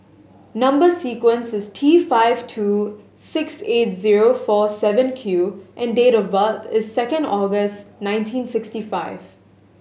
number sequence is T five two six eight zero four seven Q and date of birth is second August nineteen sixty five